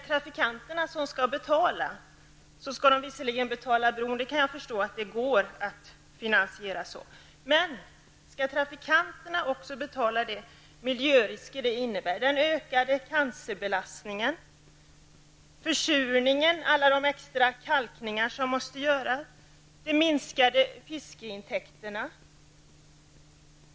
Trafikanterna skall visserligen betala bron, jag kan förstå att det går att finansiera den så, men skall trafikanterna också betala de miljörisker det innebär, den ökade cancerbelastningen, försurningen, alla de extra kalkningar som måste göras och de minskade fiskeintäkterna?